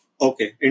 Okay